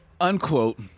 Unquote